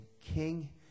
King